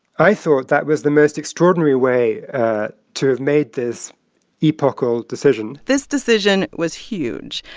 i thought that was the most extraordinary way to have made this epochal decision this decision was huge.